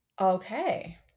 okay